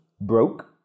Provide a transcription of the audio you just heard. broke